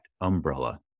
umbrella